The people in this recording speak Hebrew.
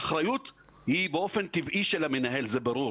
האחריות היא באופן טבעי של המנהל, זה ברור.